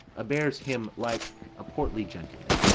a bears him like a portly gentleman,